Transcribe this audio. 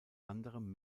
anderem